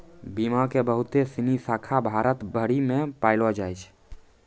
बीमा के बहुते सिनी शाखा भारत भरि मे पायलो जाय छै